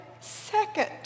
second